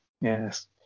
Yes